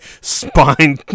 spine